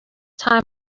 time